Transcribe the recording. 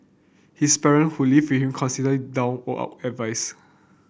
his parent who live him constantly doled out advice